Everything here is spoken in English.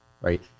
right